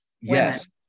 Yes